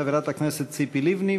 חברת הכנסת ציפי לבני,